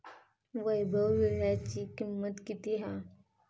वैभव वीळ्याची किंमत किती हा?